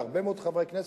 להרבה מאוד חברי כנסת.